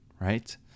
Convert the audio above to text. right